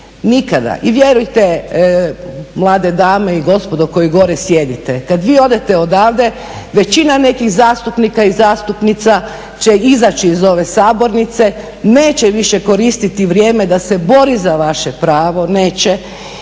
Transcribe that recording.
Nikada, i vjerujte mlade dame i gospodo koji gore sjedite, kada vi odete odavde većina nekih zastupnika i zastupnica će izaći iz ove sabornice, neće više koristiti vrijeme da se bori za vaše pravo, neće